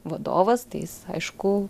vadovas tai jis aišku